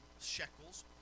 shekels